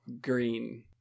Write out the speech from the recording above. green